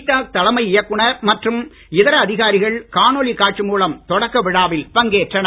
talk தலைமை இயக்குனர் மற்றும் இதர அதிகாரிகள் காணொலி காட்சி மூலம் தொடக்க விழாவில் பங்கேற்றனர்